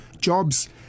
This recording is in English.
jobs